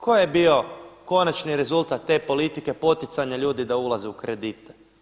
Koji je bio konačni rezultat te politike poticanja ljudi da ulaze u kredite?